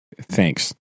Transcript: Thanks